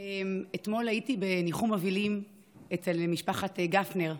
אתמול הייתי בניחום אבלים אצל משפחת גפנר,